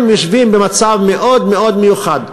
הם יושבים במצב מאוד מאוד מיוחד,